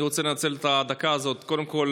אני רוצה לנצל את הדקה הזאת קודם כול